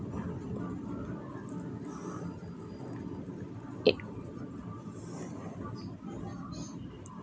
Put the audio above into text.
it